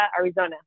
Arizona